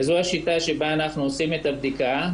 וזו השיטה שבה אנחנו עושים את הבדיקה.